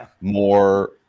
more